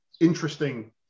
interesting